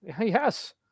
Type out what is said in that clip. Yes